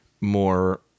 more